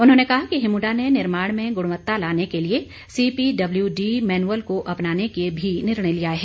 उन्होंने कहा कि हिमुडा ने निर्माण में गुणवत्ता लाने के लिए सीपीडब्ल्यूडी मैनुअल को अपनाने का भी निर्णय लिया है